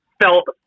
felt